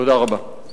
תודה רבה.